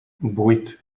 vuit